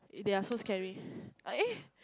they are so scary eh